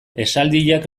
esaldiak